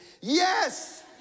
Yes